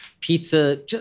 pizza